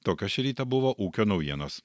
tokios šį rytą buvo ūkio naujienos